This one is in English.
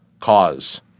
cause